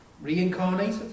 Reincarnated